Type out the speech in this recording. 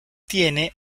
tiene